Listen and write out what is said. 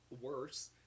worse